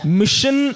mission